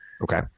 okay